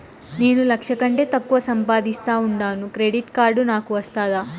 నేను లక్ష కంటే తక్కువ సంపాదిస్తా ఉండాను క్రెడిట్ కార్డు నాకు వస్తాదా